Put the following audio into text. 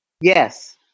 Yes